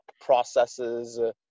processes